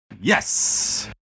Yes